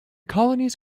colonies